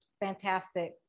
fantastic